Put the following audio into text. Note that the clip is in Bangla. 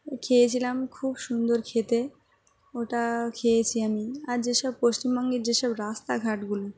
খেয়েছিলাম খুব সুন্দর খেতে ওটা খেয়েছি আমি আর যেসব পশ্চিমবঙ্গের যেসব রাস্তাঘাটগুলো